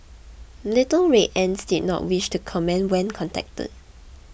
Little Red Ants did not wish to comment when contacted